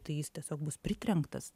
tai jis tiesiog bus pritrenktas